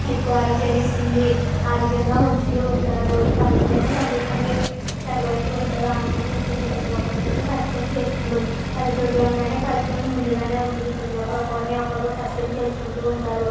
ఎక్కువ ఆరోగ్యాన్నిస్తుంది ఆరోగ్యంగా మనుషులు ఉంటారు తర్వాతేమో సంతోషంగా తడబడుతూ ఉంటారు ఆనందాన్ని ఇస్తుంది ప్రతి ఒక్కరితోనే పరిచయం చేసుకొని పల్లెటూళ్ళో అనగానే పరిచయం ముందుగానే ఉంటుంది ప్రతి ఒక్కరు ఒకరిని ఒకరు పరిచయం చేసుకుంటూ ఉంటారు